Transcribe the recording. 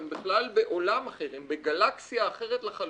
הן בכלל בעולם אחר, הן בגלקסיה אחרת לחלוטין